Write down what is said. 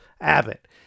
Abbott